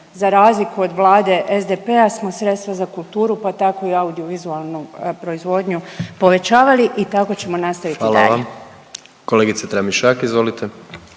za razliku od Vlade SDP-a smo sredstva za kulturu, pa tako i audio-vizualnu proizvodnju povećavali i tako ćemo nastaviti i dalje. **Jandroković, Gordan (HDZ)** Hvala vam. Kolegice Tramišak, izvolite.